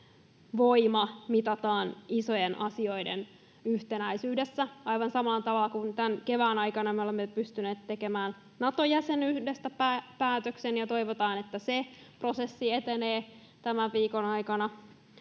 voima mitataan isojen asioiden yhtenäisyydessä. Aivan samalla tavalla kuin tämän kevään aikana me olemme pystyneet tekemään Nato-jäsenyydestä päätöksen — ja toivotaan, että se prosessi etenee tämän viikon aikana